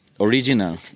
original